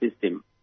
system